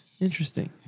Interesting